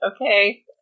okay